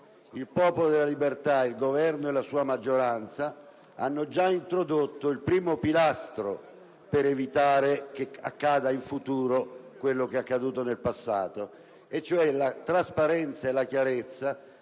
il Popolo della Libertà, il Governo e la sua maggioranza hanno già introdotto il primo pilastro per evitare che accada in futuro quello che è accaduto nel passato. Sto parlando della trasparenza e della chiarezza